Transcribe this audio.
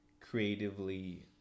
creatively